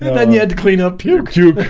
then you had to clean up youtube